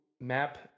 map